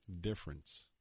difference